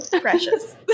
precious